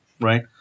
right